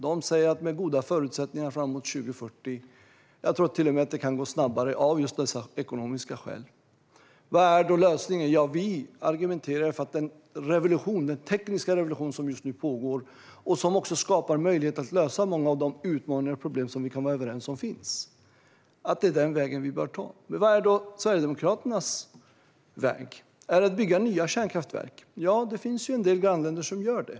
De säger att det med goda förutsättningar sker framemot 2040, och jag tror till och med att det kan gå snabbare just av de ekonomiska skälen. Vad är då lösningen? Ja, vi argumenterar ju för att den tekniska revolution som just nu pågår och som skapar möjlighet att lösa många av de utmaningar och problem vi kan vara överens om finns är den väg vi bör ta. Vad är då Sverigedemokraternas väg? Är det att bygga nya kärnkraftverk? Det finns ju en del grannländer som gör det.